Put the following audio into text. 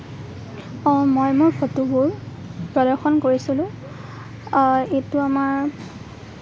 অঁ মই মোৰ ফটোবোৰ প্ৰদৰ্শন কৰিছিলোঁ এইটো আমাৰ